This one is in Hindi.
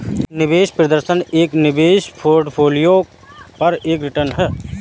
निवेश प्रदर्शन एक निवेश पोर्टफोलियो पर एक रिटर्न है